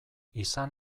izan